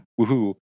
woohoo